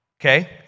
Okay